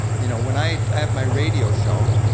you know when i, i have my radio show.